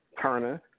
Turner